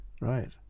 Right